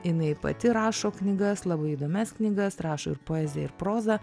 jinai pati rašo knygas labai įdomias knygas rašo poeziją ir prozą